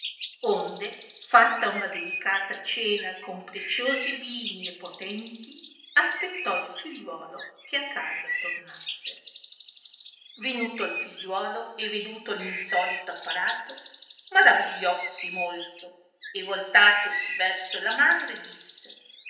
onde fatta una delicata cena con preciosi vini e potenti aspettò il tagliuolo che a casa tornasse venuto il figliuolo e veduto l'insolito apparato maravigliossi molto e voltatosi verso la madre disse